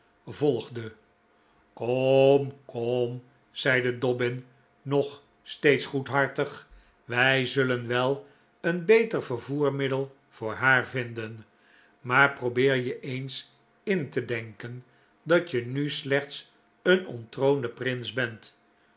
kom kom zeide dobbin nog steeds goedhartig wij zullen wel een beter vervoermiddel voor haar vinden maar probeer je eens in te denken dat je nu slechts een onttroonde prins bent